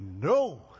No